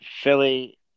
Philly